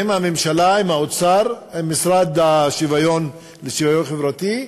עם הממשלה, עם האוצר, עם המשרד לשוויון חברתי,